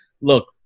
look